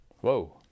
Whoa